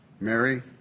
Mary